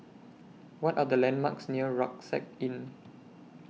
What Are The landmarks near Rucksack Inn